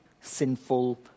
sinful